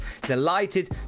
delighted